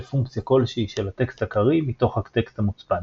"פונקציה כלשהי" של הטקסט הקריא מתוך הטקסט המוצפן.